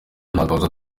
ntakabuza